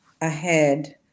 ahead